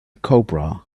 cobra